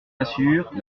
assure